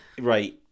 right